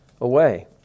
away